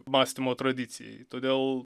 mąstymo tradicijai todėl